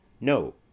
no